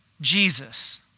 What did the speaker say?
Jesus